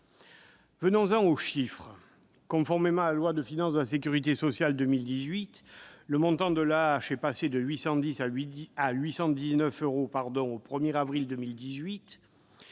Venons-en aux chiffres. Conformément à la loi de financement de la sécurité sociale pour 2018, le montant de l'AAH est passé de 810 euros à 819 euros au 1 avril 2018.